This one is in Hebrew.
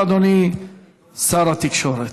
ישיב אדוני שר התקשורת.